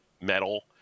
metal